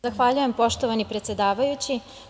Zahvaljujem, poštovani predsedavajući.